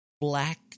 Black